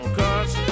cause